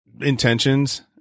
intentions